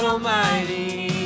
Almighty